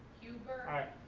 huber. aye.